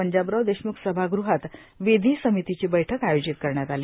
पंजाबराव देशमुख सभागृहात विधी समितीची बैठक आयोजित करण्यात आली